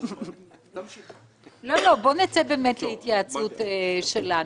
--- בואו נצא באמת להתייעצות שלנו,